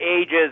ages